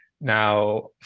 now